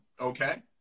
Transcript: okay